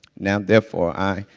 now, therefore, i,